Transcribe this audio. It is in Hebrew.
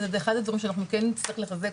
וזה אחד הדברים שאנחנו כן נצטרך לחזק,